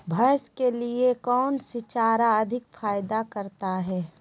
भैंस के लिए कौन सी चारा अधिक फायदा करता है?